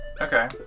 Okay